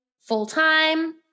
full-time